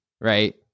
right